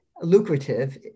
lucrative